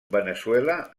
veneçuela